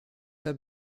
have